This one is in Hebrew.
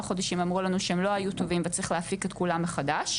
חודשים אמרו לנו שהם לא היו טובים וצריך להפיק את כולם מחדש.